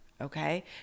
okay